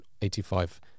85